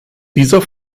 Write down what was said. dieser